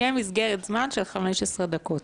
מסגרת זמן של 15 דקות.